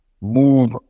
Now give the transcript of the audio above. move